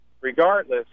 regardless